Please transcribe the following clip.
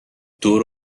دور